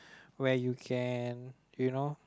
where you can you know